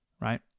Right